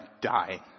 dying